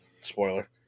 Spoiler